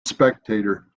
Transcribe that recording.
spectator